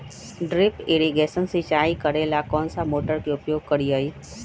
Drip irrigation सिंचाई करेला कौन सा मोटर के उपयोग करियई?